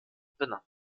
benannt